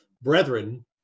Brethren